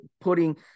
putting